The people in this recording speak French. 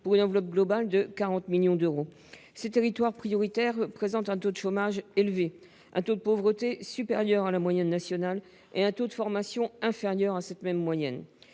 pour un total de 40 millions d’euros. Ces territoires prioritaires présentent tous un taux de chômage élevé, un taux de pauvreté supérieur à la moyenne nationale et un taux de formation inférieur à ladite moyenne.